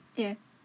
yeah